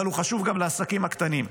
אבל הוא חשוב גם לעסקים הקטנים,